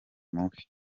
mubi